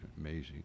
amazing